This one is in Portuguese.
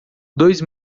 dois